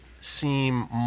seem